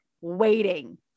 waiting